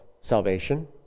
salvation